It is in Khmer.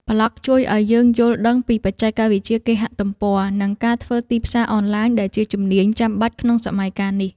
ប្លក់ជួយឱ្យយើងយល់ដឹងពីបច្ចេកវិទ្យាគេហទំព័រ និងការធ្វើទីផ្សារអនឡាញ ដែលជាជំនាញចាំបាច់ក្នុងសម័យកាលនេះ។